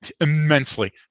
immensely